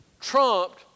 trumped